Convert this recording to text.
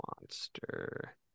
Monster